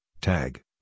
Tag